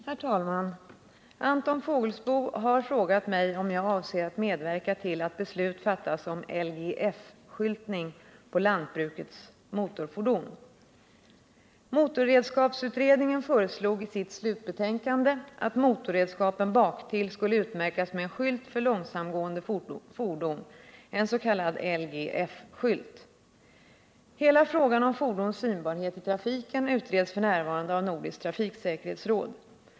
Herr talman! Anton Fågelsbo har frågat mig om jag avser att medverka till att beslut fattas om LGF-skyltning på lantbrukets motorfordon. Hela frågan om fordons synbarhet i trafiken utreds f. n. av Nordiskt trafiksäkerhetsråd.